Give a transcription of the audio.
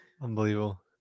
unbelievable